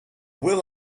will